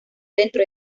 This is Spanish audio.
dentro